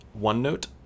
OneNote